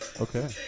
Okay